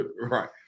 Right